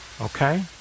Okay